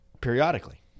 periodically